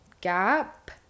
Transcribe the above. gap